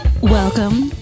Welcome